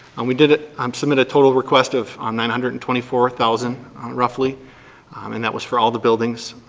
and we did um submit a total request of um nine hundred and twenty four thousand roughly and that was for all the buildings.